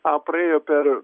a praėjo per